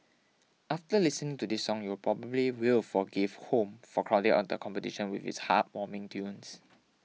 after listening to this song you probably will forgive Home for crowding out the competition with its heartwarming tunes